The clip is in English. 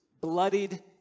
bloodied